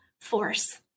force